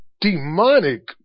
demonic